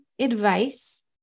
advice